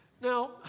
Now